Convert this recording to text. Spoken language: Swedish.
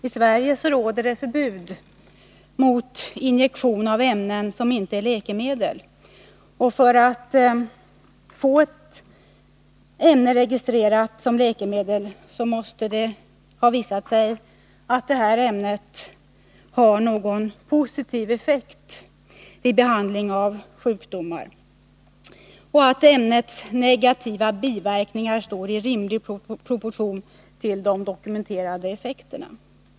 I Sverige råder det förbud mot injektion av ämnen som inte är läkemedel, och för att få ett ämne registrerat som läkemedel måste det vara visat att ämnet i fråga har någon positiv effekt vid behandling av sjukdomar och att ämnets negativa biverkningar står i rimlig proportion till de dokumenterade effekterna.